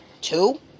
two